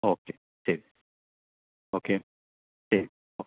okay ശരി okay ശരി okay